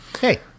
Hey